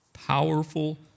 powerful